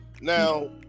Now